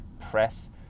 Press